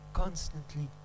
constantly